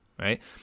right